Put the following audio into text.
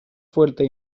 fuerte